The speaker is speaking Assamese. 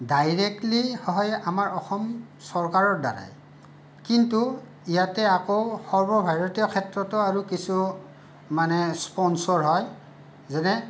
ডাইৰেক্টলী হয় আমাৰ অসম চৰকাৰৰ দ্বাৰাই কিন্তু ইয়াতে আকৌ সৰ্বভাৰতীয় ক্ষেত্ৰতো আৰু কিছু মানে স্পনচৰ হয় যেনে